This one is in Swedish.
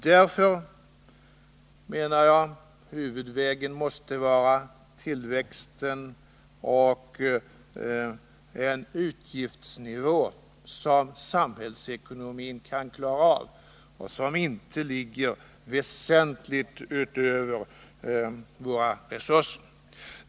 Därför menar jag att huvudvägen måste vara tillväxten och en utgiftsnivå som samhällsekonomin kan klara av och som inte ligger väsentligt över våra resurser.